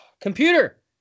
Computer